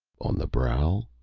on the brow?